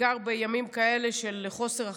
בעיקר בימים כאלה של חוסר אחדות,